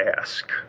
ask